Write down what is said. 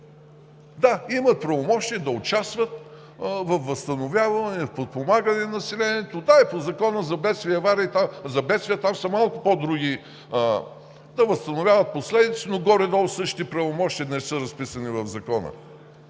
Да, имат правомощия да участват във възстановяване, в подпомагане на населението. По Закона за бедствията – там са малко по-други – да възстановява последиците, но горе-долу същите правомощия днес са разписани в Закона.